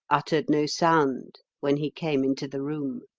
uttered no sound, when he came into the room.